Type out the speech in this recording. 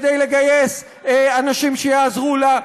כדי לגייס אנשים שיעזרו לה,